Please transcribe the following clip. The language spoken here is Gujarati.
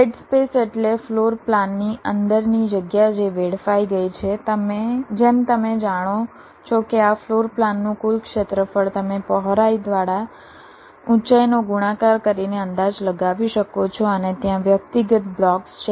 ડેડ સ્પેસ એટલે ફ્લોર પ્લાનની અંદરની જગ્યા જે વેડફાઈ ગઈ છે જેમ કે તમે જાણો છો કે આ ફ્લોર પ્લાનનું કુલ ક્ષેત્રફળ તમે પહોળાઈ દ્વારા ઊંચાઈનો ગુણાકાર કરીને અંદાજ લગાવી શકો છો અને ત્યાં વ્યક્તિગત બ્લોક્સ છે